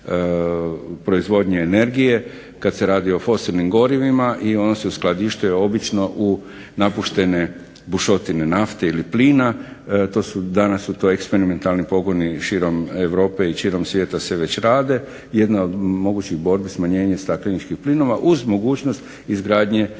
proizvodnje energije kada se radi o fosilnim gorivima i on se uskladištuje obično u napuštene bušotine nafte ili plina, danas su tu eksperimentalni pogoni širom Europe i širom svijeta se već rade, jedna od mogućih … smanjenja stakleničkih plinova uz mogućnost izgradnje